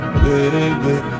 baby